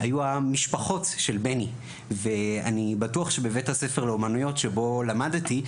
היו המשפחות של בני ואני בטוח שבבית הספר לאומנויות שבו למדתי,